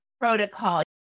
protocol